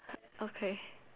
okay